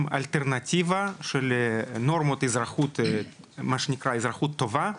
אלטרנטיבה של נורמות אזרחות טובה,